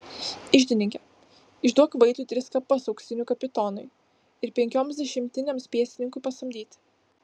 iždininke išduok vaitui tris kapas auksinų kapitonui ir penkioms dešimtinėms pėstininkų pasamdyti